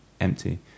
empty